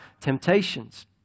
temptations